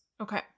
Okay